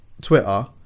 Twitter